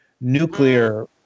nuclear